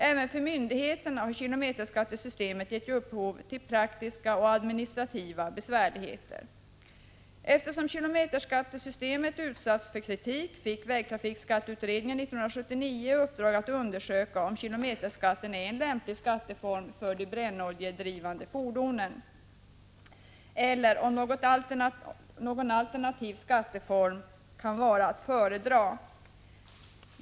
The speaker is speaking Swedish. Även för myndigheterna har kilometerskattesystemet gett upphov till praktiska och administrativa besvärligheter. Eftersom kilometerskattesystemet utsatts för kritik fick vägtrafikskatteutredningen 1979 i uppdrag att undersöka om kilometerskatten är en lämplig skatteform för de brännoljedrivna fordonen eller om någon alternativ skatteform kan vara att föredra.